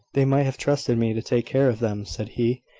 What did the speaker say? they might have trusted me to take care of them, said he.